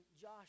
Josh